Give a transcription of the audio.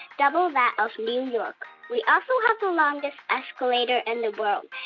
double that of new york. we also have the longest escalator in the world.